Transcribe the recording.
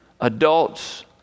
adults